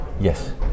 Yes